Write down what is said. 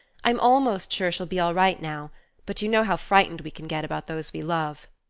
i'm almost sure she'll be all right now but you know how frightened we can get about those we love.